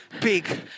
big